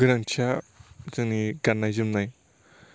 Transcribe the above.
गोनांथिया जोंनि गान्नाय जोमनाय